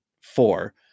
four